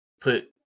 put